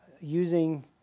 using